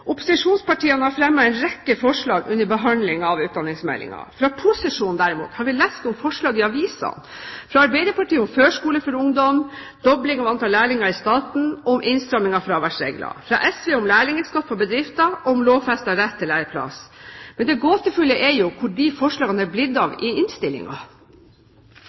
Opposisjonspartiene har fremmet en rekke forslag under behandlingen av utdanningsmeldingen. Fra posisjonen, derimot, har vi lest om forslag i avisene: fra Arbeiderpartiet om førskole for ungdom, om dobling av antall lærlinger i staten og om innstramming av fraværsregler, fra SV om en lærlingskatt for bedrifter og om lovfestet rett til læreplass. Men det gåtefulle er hvor det er blitt av disse forslagene i